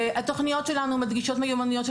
התכניות שלנו מדגישות מיומנויות של